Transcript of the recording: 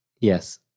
Yes